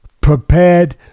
prepared